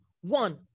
one